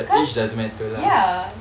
cause ya